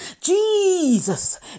Jesus